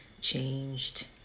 changed